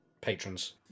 patrons